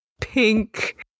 pink